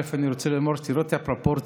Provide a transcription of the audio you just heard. ראשית, אני רוצה לומר שתראה את הפרופורציה: